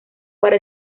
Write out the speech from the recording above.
para